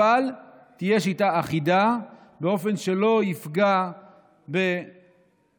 אבל תהיה שיטה אחידה באופן שלא יפגע בהוצאות